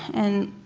and